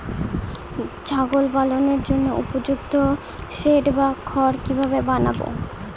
ছাগল পালনের জন্য উপযুক্ত সেড বা ঘর কিভাবে বানাবো?